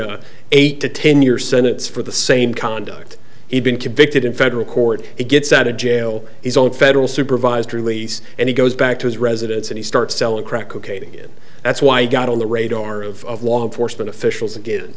think eight to ten year sentence for the same conduct he's been convicted in federal court it gets out of jail is on federal supervised release and he goes back to his residence and he starts selling crack cocaine again that's why i got on the radar of law enforcement officials again